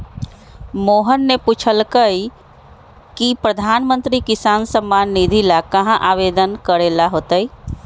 मोहन ने पूछल कई की प्रधानमंत्री किसान सम्मान निधि ला कहाँ आवेदन करे ला होतय?